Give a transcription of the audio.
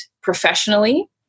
professionally